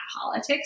politics